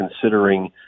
considering